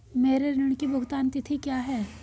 मेरे ऋण की भुगतान तिथि क्या है?